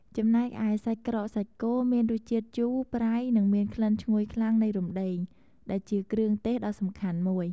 ចំណែកឯ សាច់ក្រកសាច់គោ មានរសជាតិជូរ ប្រៃ និងមានក្លិនឈ្ងុយខ្លាំងនៃរំដេង ដែលជាគ្រឿងទេសដ៏សំខាន់មួយ។